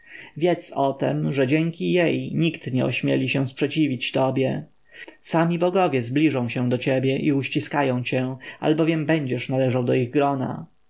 wiedz o tem że dzięki jej nikt nie ośmieli się sprzeciwiać tobie sami bogowie zbliżą się do ciebie i uściskają cię albowiem będziesz należał do ich grona